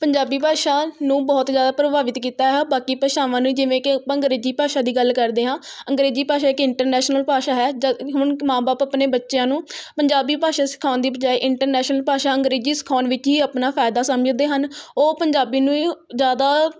ਪੰਜਾਬੀ ਭਾਸ਼ਾ ਨੂੰ ਬਹੁਤ ਜ਼ਿਆਦਾ ਪ੍ਰਭਾਵਿਤ ਕੀਤਾ ਹੈ ਬਾਕੀ ਭਾਸ਼ਾਵਾਂ ਨੇ ਜਿਵੇਂ ਕਿ ਆਪਾਂ ਅੰਗਰੇਜ਼ੀ ਭਾਸ਼ਾ ਦੀ ਗੱਲ ਕਰਦੇ ਹਾਂ ਅੰਗਰੇਜ਼ੀ ਭਾਸ਼ਾ ਇੱਕ ਇੰਟਰਨੈਸ਼ਨਲ ਭਾਸ਼ਾ ਹੈ ਹੁਣ ਮਾਂ ਬਾਪ ਆਪਣੇ ਬੱਚਿਆਂ ਨੂੰ ਪੰਜਾਬੀ ਭਾਸ਼ਾ ਸਿਖਾਉਣ ਦੀ ਬਜਾਏ ਇੰਟਰਨੈਸ਼ਨਲ ਭਾਸ਼ਾ ਅੰਗਰੇਜ਼ੀ ਸਿਖਾਉਣ ਦੇ ਵਿੱਚ ਹੀ ਆਪਣਾ ਫਾਇਦਾ ਸਮਝਦੇ ਹਨ ਉਹ ਪੰਜਾਬੀ ਨੂੰ ਜ਼ਿਆਦਾ